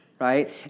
right